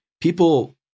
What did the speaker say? people